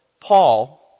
Paul